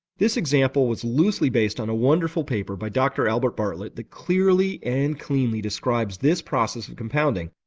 this example was loosely based on a wonderful paper by dr albert bartlett that clearly and cleanly describes this process of compounding.